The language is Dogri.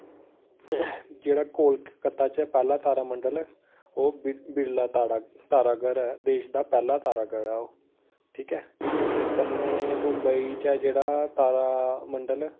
जेह्ड़ा कोलकत्ता च पैह्ला तारामंडल ओह् बिरला ताराघर ऐ देश दा पैह्ला तारागढ़ ऐ ठीक ऐ ते कन्नै मुंबई च ऐ जेह्ड़ा तारामंडल